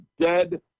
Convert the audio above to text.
dead